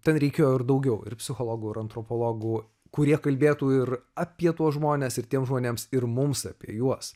ten reikėjo ir daugiau ir psichologų ir antropologų kurie kalbėtų ir apie tuos žmones ir tiems žmonėms ir mums apie juos